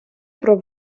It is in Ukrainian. про